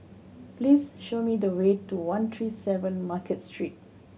please show me the way to one three seven Market Street